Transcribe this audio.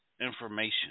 information